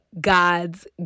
god's